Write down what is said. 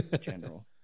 general